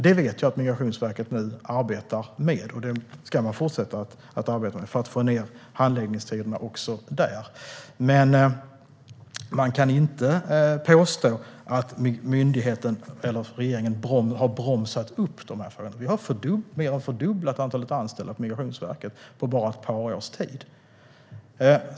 Det vet vi att Migrationsverket nu arbetar med, och det ska de fortsätta att arbeta med, för att få ned handläggningstiderna också för detta. Man kan inte påstå att myndigheten eller regeringen har bromsat upp frågorna. Vi har mer än fördubblat antalet anställda på Migrationsverket på bara ett par års tid.